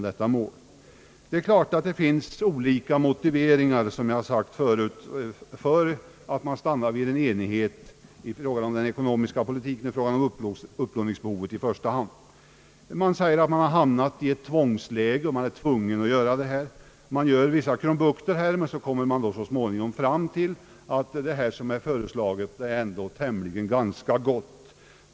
Det är klart att det finns olika motiveringar för att man stannar vid en enighet i fråga om den ekonomiska politiken, i första hand om upplåningsbehovet — man säger, att man hamnat i ett tvångsläge och man gör vissa andra krum bukter, men så småningom kommer man fram till att det som är föreslaget ändå är ganska gott.